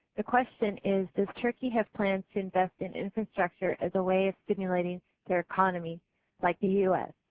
the question is does turkey have plans to invest in infrastructure as a way of stimulating their economy like the u s?